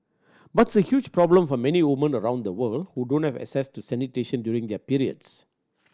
but it's a huge problem for many women around the world who don't have access to sanitation during their periods